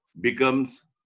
becomes